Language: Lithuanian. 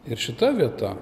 ir šita vieta